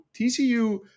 TCU